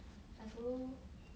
I follow